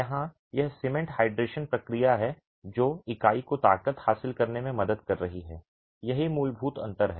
यहां यह cement hydration प्रक्रिया है जो इकाई को ताकत हासिल करने में मदद कर रही है यही मूलभूत अंतर है